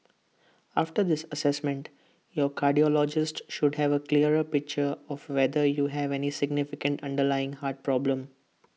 after this Assessment your cardiologist should have A clearer picture of whether you have any significant underlying heart problem